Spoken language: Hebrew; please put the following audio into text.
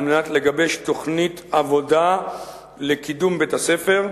על מנת לגבש תוכנית עבודה לקידום בית-הספר,